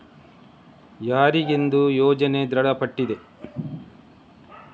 ಯಾರಿಗೆಂದು ಯೋಜನೆ ದೃಢಪಟ್ಟಿದೆ?